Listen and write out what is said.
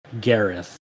Gareth